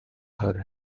her